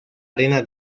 arena